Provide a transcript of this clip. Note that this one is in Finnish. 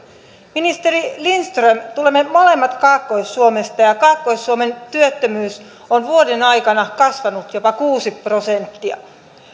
ministeri lindström tulemme molemmat kaakkois suomesta ja kaakkois suomen työttömyys on vuoden aikana kasvanut jopa kuusi prosenttia